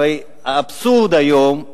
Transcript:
הרי האבסורד היום,